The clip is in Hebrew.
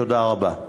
תודה רבה.